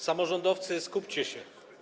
Samorządowcy, skupcie się.